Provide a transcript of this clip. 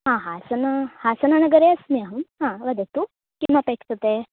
हा हासना हासननगरे अस्मि अहं हा वदतु किमपेक्ष्यते